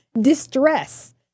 distress